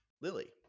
Lily